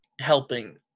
helping